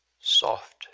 Soft